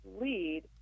lead